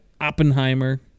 Oppenheimer